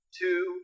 two